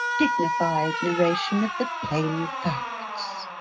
dignified narration of the plain facts,